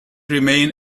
remain